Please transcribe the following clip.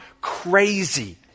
crazy